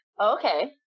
okay